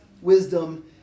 wisdom